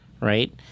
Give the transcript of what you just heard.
right